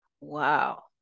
Wow